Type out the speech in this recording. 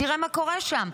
תראה מה קורה שם.